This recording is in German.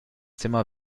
zimmer